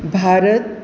Bharat